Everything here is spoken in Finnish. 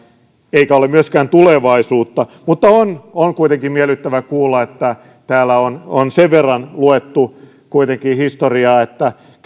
eikä ole myöskään tulevaisuutta mutta on on kuitenkin miellyttävää kuulla että täällä on on sen verran luettu kuitenkin historiaa että